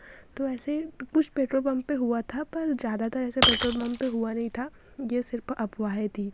तो ऐसे कुछ पेट्रोल पंप पर हुआ था पर ज़्यादातर ऐसे पेट्रोल पंप पर हुआ नहीं था यह सिर्फ़ अफ़वाहें थी